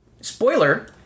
spoiler